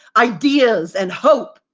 ideas and hope.